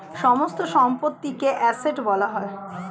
সমস্ত সম্পত্তিকে একত্রে অ্যাসেট্ বলা হয়